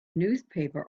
newspaper